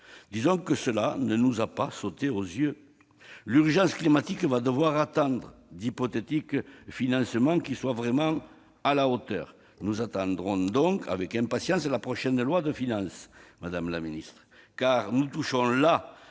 Disons que cela ne nous a pas sauté aux yeux. L'urgence climatique va devoir attendre d'hypothétiques financements qui soient vraiment à la hauteur. Nous attendons donc avec impatience le prochain projet de loi de finances, madame la ministre, car avec la